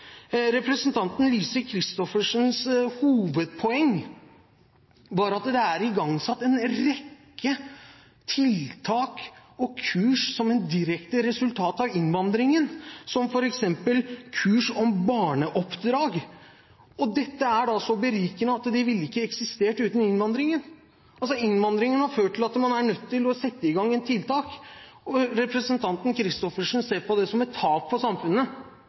Representanten Lise Christoffersens hovedpoeng var at det er igangsatt en rekke tiltak og kurs som et direkte resultat av innvandringen, som f.eks. kurs i barneoppdragelse som er så berikende, og at disse ikke hadde eksistert uten innvandringen. Innvandringen har altså ført til at man er nødt til å sette i gang tiltak. Representanten Christoffersen ser på det som et tap for samfunnet